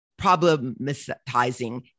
problematizing